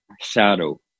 shadow